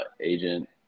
agent –